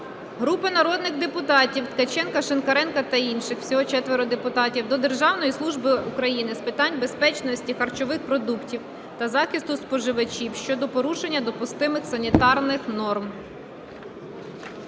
Групи народних депутатів (Ткаченка, Шинкаренка та інших. Всього 4 депутатів) до Державної служби України з питань безпечності харчових продуктів та захисту споживачів щодо порушення допустимих санітарних норм.